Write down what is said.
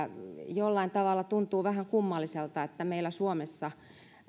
jollain tavalla tuntuu vähän kummalliselta että meillä suomessa